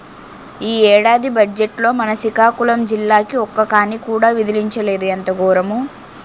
ఈ ఏడాది బజ్జెట్లో మన సికాకులం జిల్లాకి ఒక్క కానీ కూడా విదిలించలేదు ఎంత గోరము